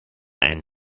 ein